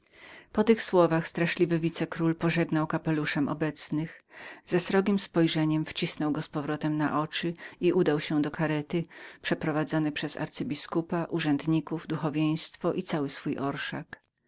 po tych słowach straszliwy wicekról pożegnał ręką obecnych ze srogiem spojrzeniem wcisnął kapelusz na oczy i udał się do swojej karety przeprowadzony przez arcybiskupa urzędników duchowieństwo i cały swój orszak